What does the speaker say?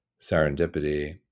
serendipity